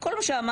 כל מה שאמרת,